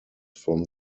from